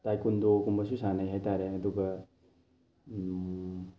ꯇꯥꯏꯀꯨꯟꯗꯣꯒꯨꯝꯕꯁꯨ ꯁꯥꯟꯅꯩ ꯍꯥꯏꯇꯥꯔꯦ ꯑꯗꯨꯒ